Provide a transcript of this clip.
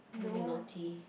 don't be naughty